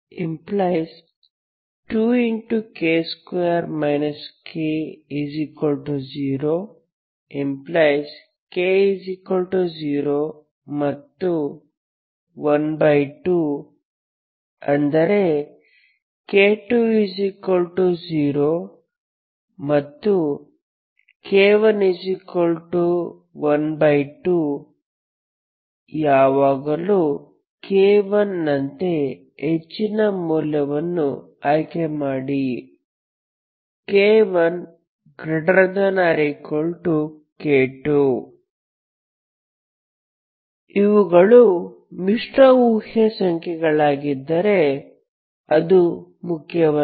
⟹2k2 k0 ⟹k0 ಮತ್ತು12 ಅಂದರೆ k20 ಮತ್ತು k112 ಯಾವಾಗಲೂ k1 ನಂತೆ ಹೆಚ್ಚಿನ ಮೌಲ್ಯಗಳನ್ನು ಆಯ್ಕೆ ಮಾಡಿ k1k2 ಇವುಗಳು ಮಿಶ್ರ ಊಹ್ಯ ಸಂಖ್ಯೆಗಳಾಗಿದ್ದರೆ ಅದು ಮುಖ್ಯವಲ್ಲ